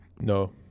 No